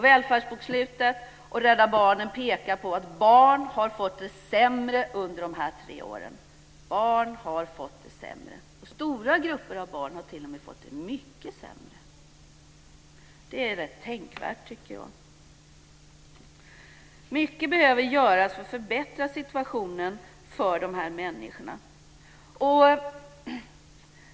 Välfärdsbokslutet och Rädda Barnen pekar på att barn har fått det sämre under de senaste tre åren. Stora grupper av barn har t.o.m. fått det mycket sämre. Det är rätt tänkvärt, tycker jag. Mycket behöver göras för att förbättra situationen för de här människorna.